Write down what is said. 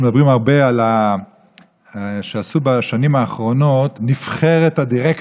מדברים הרבה על שעשו בשנים האחרונות נבחרת הדירקטורים.